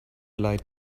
light